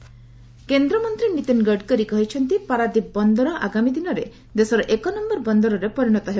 ଗଡ଼କରୀ ଓଡ଼ିଶା କେନ୍ଦ୍ରମନ୍ତ୍ରୀ ନୀତିନ ଗଡ଼କରୀ କହିଛନ୍ତି ପାରାଦ୍ୱୀପ ବନ୍ଦର ଆଗାମୀ ଦିନରେ ଦେଶର ଏକନମ୍ଘର ବନ୍ଦରରେ ପରିଣତ ହେବ